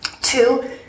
Two